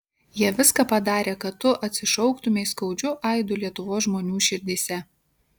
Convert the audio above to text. jie viską padarė kad tu atsišauktumei skaudžiu aidu lietuvos žmonių širdyse